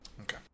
Okay